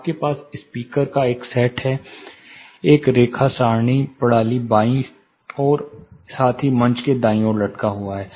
हमारे पास स्पीकर का एक सेट था एक रेखा सारणी प्रणाली बाईं ओर और साथ ही मंच के दाईं ओर लटका हुआ था